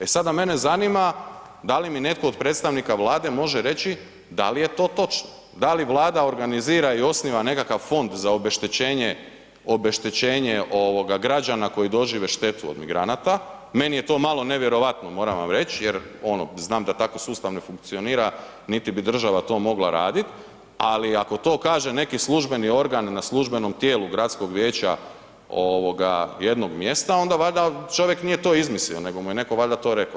E sada mene zanima da li mi netko od predstavnika Vlade može reći da li je to točno, da li Vlada organizira i osniva nekakav fond za obeštećenje, obeštećenje ovoga građana koji dožive štetu od migranata, meni je to malo nevjerojatno moram vam reći jer ono znam da tako sustav ne funkcionira niti bi država to mogla raditi, ali ako to kaže neki službeni organ na službenom tijelu gradskog vijeća jednog mjesta onda valjda čovjek nije to izmislio nego mu je valjda netko to reko.